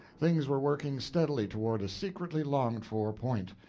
things were working steadily toward a secretly longed-for point.